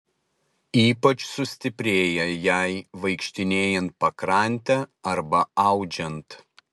ypač sustiprėja jai vaikštinėjant pakrante arba audžiant